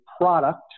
product